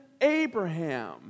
Abraham